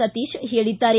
ಸತೀಶ್ ಹೇಳಿದ್ದಾರೆ